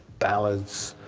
ballads,